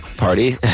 Party